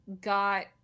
got